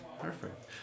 Perfect